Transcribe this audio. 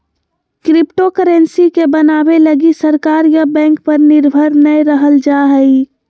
cryptocurrency के बनाबे लगी सरकार या बैंक पर निर्भर नय रहल जा हइ